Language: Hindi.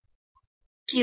क्यों